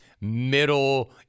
middle